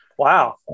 Wow